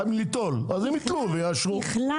גם ליטול, אז הם ייטלו ויאשרו.